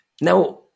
Now